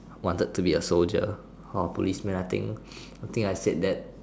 wanted to be a soldier or a policeman I think I think I said that